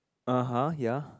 (uh huh) ya